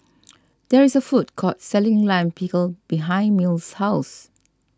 there is a food court selling Lime Pickle behind Mills' house